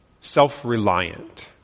self-reliant